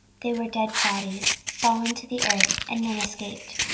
they were dead bodies fallen to the earth, and none escaped.